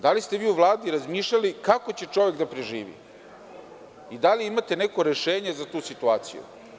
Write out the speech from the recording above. Da li ste vi u Vladi razmišljali kako će čovek da preživi i da li imate neko rešenje za tu situaciju?